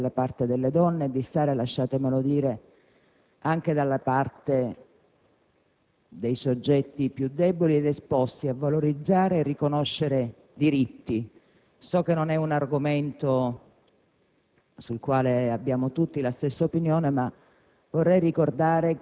semplice passione di stare nel mondo della politica, di stare dalla parte delle donne, di stare - lasciatemelo dire - anche dalla parte dei soggetti più deboli ed esposti, a valorizzare e riconoscere diritti. So che non è un argomento